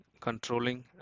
controlling